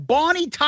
Bonnie